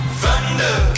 thunder